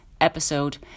episode